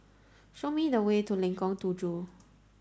show me the way to Lengkong Tujuh